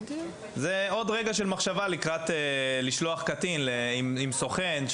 זה עוד רגע של מחשבה לקראת שליחה של קטין עם סוכן.